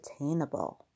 attainable